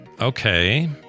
Okay